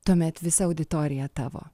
tuomet visa auditorija tavo